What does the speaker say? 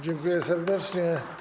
Dziękuję serdecznie.